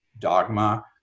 dogma